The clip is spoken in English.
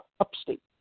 Upstate